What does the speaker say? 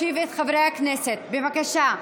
בבקשה.